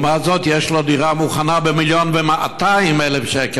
לעומת זאת, יש לו דירה מוכנה ב-1.2 מיליון שקל.